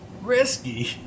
Risky